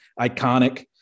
iconic